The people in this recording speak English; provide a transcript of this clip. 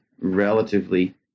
relatively